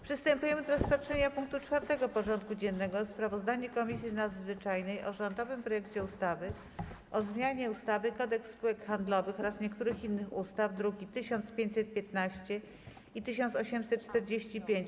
Przystępujemy do rozpatrzenia punktu 4. porządku dziennego: Sprawozdanie Komisji Nadzwyczajnej o rządowym projekcie ustawy o zmianie ustawy - Kodeks spółek handlowych oraz niektórych innych ustaw (druki nr 1515 i 1845)